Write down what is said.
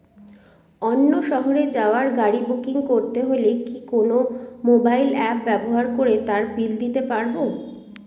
অন্য শহরে যাওয়ার গাড়ী বুকিং করতে হলে কি কোনো মোবাইল অ্যাপ ব্যবহার করে তার বিল দিতে পারব?